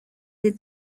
des